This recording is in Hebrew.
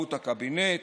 מעורבות הקבינט